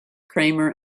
kramer